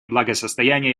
благосостояния